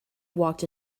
walked